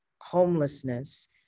homelessness